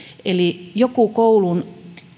eli joku koulun